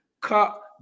cut